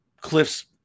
Cliff's